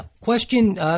question –